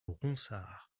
ronsard